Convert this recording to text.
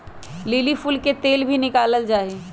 lily फूल से तेल भी निकाला जाहई